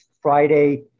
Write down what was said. Friday